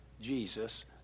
Jesus